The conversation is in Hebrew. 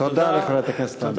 תודה לחברת הכנסת לנדבר.